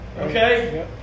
Okay